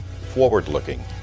forward-looking